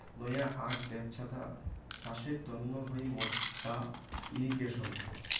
নয়া আক ব্যবছ্থা চাষের তন্ন হই মাদ্দা ইর্রিগেশন